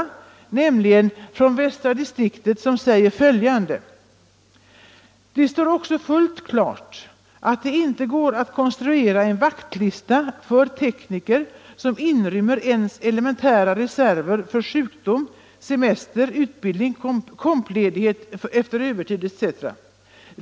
Västra distriktet säger bl.a. följande: ”Det står också fullt klart att det inte går att konstruera en vaktlista för tekniker, som inrymmer ens elementära reserver för sjukdom, semester, utbildning, kompledighet efter övertid etc.